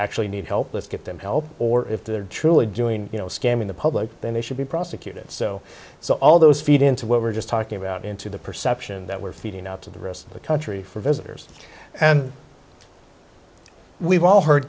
actually need help let's get them help or if they're truly doing you know scamming the public then they should be prosecuted so so all those feed into what we're just talking about into the perception that we're feeding out to the rest of the country for visitors and we've all heard